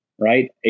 right